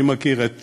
אני מכיר את